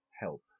help